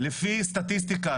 לפי סטטיסטיקה,